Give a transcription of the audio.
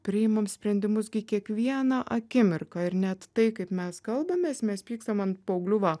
priimam sprendimus gi kiekvieną akimirką ir net tai kaip mes kalbamės mes pykstam ant paauglių va